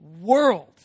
world